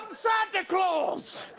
santa claus.